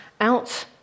out